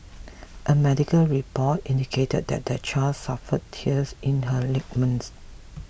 a medical report indicated that the child suffered tears in her ligaments